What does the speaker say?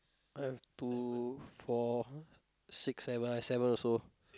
I have two four six seven seven also